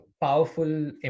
powerful